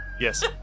Yes